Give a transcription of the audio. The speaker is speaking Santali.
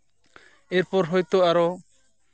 ᱮᱨᱯᱚᱨ ᱦᱚᱭᱛᱳ ᱟᱨᱚ